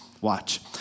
Watch